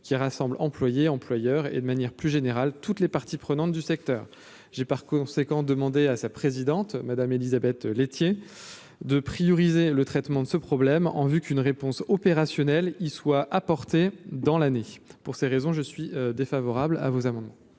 qui rassemble employé employeur et de manière plus générale, toutes les parties prenantes du secteur j'ai par conséquent demandé à sa présidente, Madame Élisabeth laitier de prioriser le traitement de ce problème en vue qu'une réponse opérationnelle y soient apportées dans l'année pour ces raisons je suis défavorable à vos amendements.